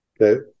Okay